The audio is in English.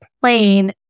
plane